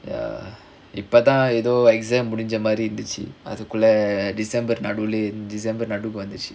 ya இப்பதா எதோ:ippathaa etho exam முடிஞ்சமாரி இந்துச்சு அதுக்குள்ள:mudinjamari inthuchu athukulla december நடுல:nadula december நடுக்கு வந்தச்சு:naduku vanthuchu